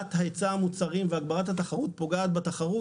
הגדלת היצע המוצרים והגברת התחרות פוגעת בתחרות,